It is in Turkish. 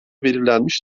belirlenmiş